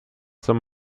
zur